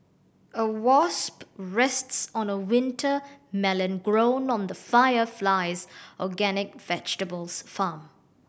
a wasp rests on a winter melon grown on the Fire Flies organic vegetables farm